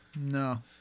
No